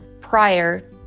prior